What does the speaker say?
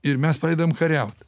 ir mes pradedam kariaut